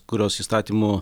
kurios įstatymu